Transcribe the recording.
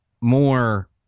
more